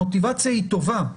המוטיבציה היא טובה,